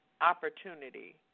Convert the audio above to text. opportunity